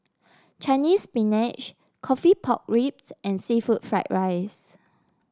Chinese Spinach coffee Pork Ribs and seafood Fried Rice